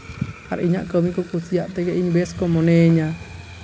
ᱟᱨ ᱤᱧᱟᱹᱜ ᱠᱟᱹᱢᱤ ᱠᱚ ᱠᱩᱥᱤᱭᱟᱜ ᱛᱮᱜᱮ ᱤᱧ ᱵᱮᱹᱥ ᱠᱚ ᱢᱚᱱᱮᱭᱤᱧᱟ